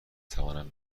توانم